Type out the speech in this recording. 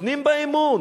נותנים בה אמון,